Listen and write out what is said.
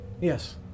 Yes